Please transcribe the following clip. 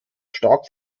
stark